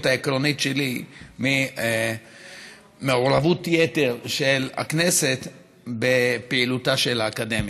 העקרונית שלי ממעורבות יתר של הכנסת בפעילותה של האקדמיה.